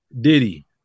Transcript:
Diddy